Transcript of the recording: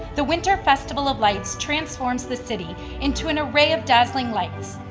the winter festival of lights transforms the city into an array of dazzling lights.